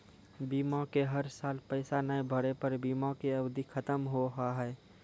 बीमा के हर साल पैसा ना भरे पर बीमा के अवधि खत्म हो हाव हाय?